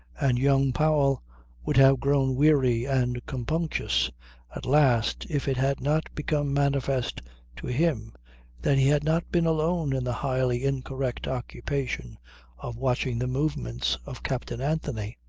and young powell would have grown weary and compunctious at last if it had not become manifest to him that he had not been alone in the highly incorrect occupation of watching the movements of captain anthony.